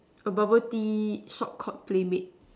bubble Tea shop called playmade